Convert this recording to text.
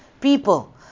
people